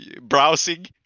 browsing